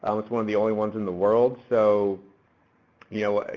um it's one of the only ones in the world so you know,